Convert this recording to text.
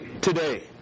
today